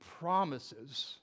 promises